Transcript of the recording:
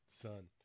son